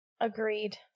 Agreed